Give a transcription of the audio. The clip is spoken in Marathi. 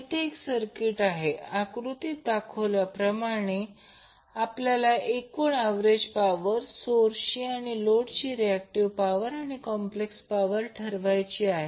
तेथे एक सर्किट आहे आकृतीत दाखवल्या प्रमाणे आपल्याला एकूण एव्हरेज पॉवर सोर्सची आणि लोडची रिएक्टिव पॉवर आणि कॉम्प्लेक्स पॉवर ठरवायची आहे